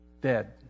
dead